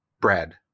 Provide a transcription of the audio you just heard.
bread